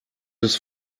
des